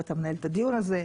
ואתה מנהל את הדיון הזה,